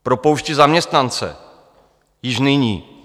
Propouštějí zaměstnance již nyní.